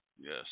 Yes